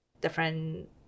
different